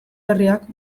berriak